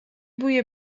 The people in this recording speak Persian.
بوی